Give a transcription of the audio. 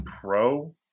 pro